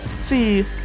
see